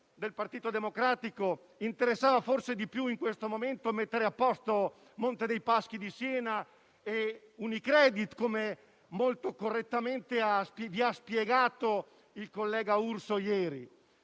del Partito Democratico, interessava di più, in questo momento, mettere a posto Monte dei Paschi di Siena e UniCredit, come molto correttamente vi ha spiegato il collega Urso ieri.